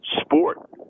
sport